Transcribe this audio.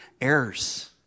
errors